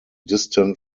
distant